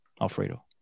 Alfredo